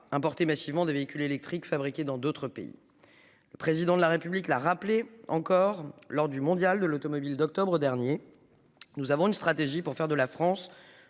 importer massivement des véhicules électriques fabriquées dans d'autres pays. Le président de la République l'a rappelée encore lors du Mondial de l'automobile d'octobre dernier. Nous avons une stratégie pour faire de la France